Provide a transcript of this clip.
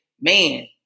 Man